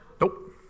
Nope